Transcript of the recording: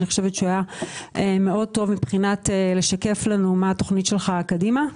אני חושבת שהוא היה מאוד טוב מבחינת לשקף לנו מה התוכנית שלך קדימה.